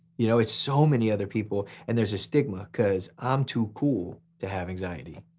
you know, it's so many other people and there's a stigma cause i'm too cool to have anxiety.